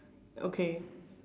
okay